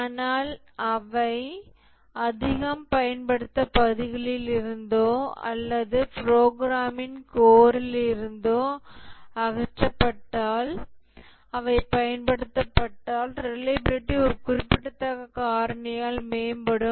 ஆனால் இவை அதிகம் பயன்படுத்தப்பட்ட பகுதிகளிலிருந்தோ அல்லது ப்ரோக்ராமின் கோர்லிருந்தோ அகற்றப்பட்டால் அவை பயன்படுத்தப்பட்டால் ரிலையபிலிடி ஒரு குறிப்பிடத்தக்க காரணியால் மேம்படும்